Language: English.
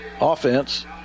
offense